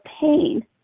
pain